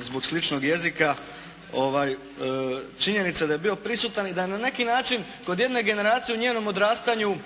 zbog sličnog jezika, činjenica da je bio prisutan i da je na neki način kod jedne generacije u njenom odrastanju